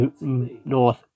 North